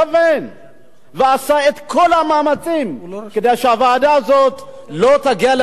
ועשה את כל המאמצים כדי שהוועדה הזאת לא תגיע למסקנות ראויות.